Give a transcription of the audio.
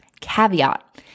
caveat